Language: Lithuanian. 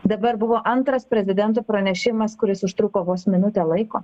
dabar buvo antras prezidento pranešimas kuris užtruko vos minutę laiko